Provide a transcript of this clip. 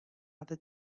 other